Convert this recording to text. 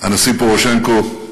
הנשיא פטרו פורושנקו,